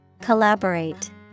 Collaborate